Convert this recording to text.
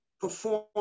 perform